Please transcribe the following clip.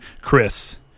Chris